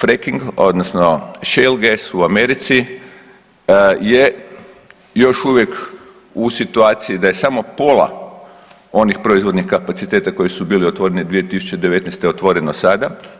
fracking odnosno Shelgas u Americi je još uvijek u situaciji da je samo pola onih proizvodnih kapaciteta koji su bili otvoreni 2019. otvoreno sada.